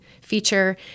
feature